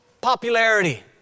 Popularity